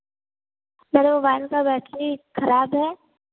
मेरे मोबाइल का बैटरी खराब है